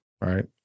Right